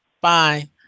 Bye